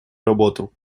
работу